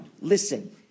listen